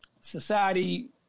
society